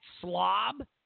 slob